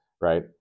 right